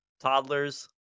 Toddlers